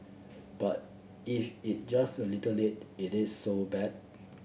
but if it just a little late it is so bad